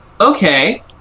Okay